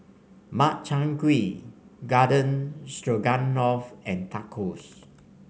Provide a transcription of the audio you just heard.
Makchang Gui Garden Stroganoff and Tacos